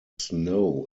snow